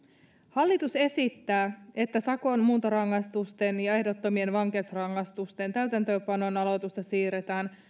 hallitus esittää että sakon muuntorangaistusten ja ehdottomien vankeusrangaistusten täytäntöönpanon aloitusta siirretään